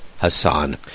Hassan